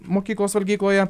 mokyklos valgykloje